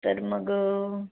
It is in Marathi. तर मग